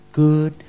good